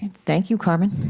thank you, carmen.